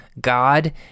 God